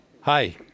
Hi